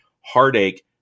heartache